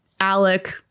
Alec